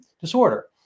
disorder